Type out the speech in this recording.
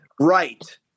Right